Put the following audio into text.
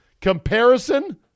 comparison